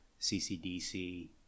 CCDC